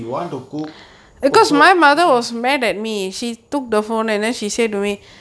you want to cook go so